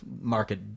Market